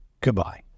goodbye